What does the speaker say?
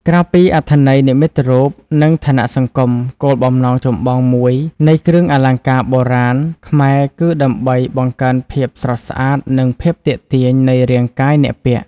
ក្រៅពីអត្ថន័យនិមិត្តរូប និងឋានៈសង្គម គោលបំណងចម្បងមួយនៃគ្រឿងអលង្ការបុរាណខ្មែរគឺដើម្បី បង្កើនភាពស្រស់ស្អាត និងភាពទាក់ទាញ នៃរាងកាយអ្នកពាក់។